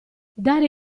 dare